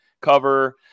cover